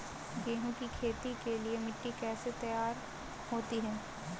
गेहूँ की खेती के लिए मिट्टी कैसे तैयार होती है?